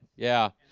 yeah